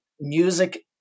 music